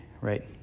right